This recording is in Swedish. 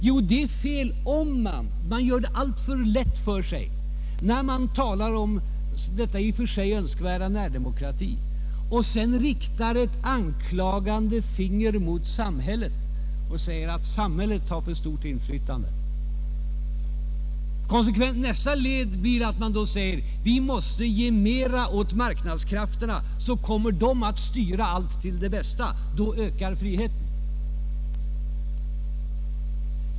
Jag anser emellertid att man gör det alltför lätt för sig när man talar om den i och för sig önskvärda närdemokratin och sedan höjer ett anklagande finger mot samhället och säger, att samhället har alltför stort inflytande. Konsekvensen blir att i nästa led säga att vi måste ge mer åt marknadskrafterna, varigenom dessa kommer att styra allt till det bästa. Och då ökar friheten.